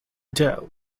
dough